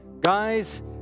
Guys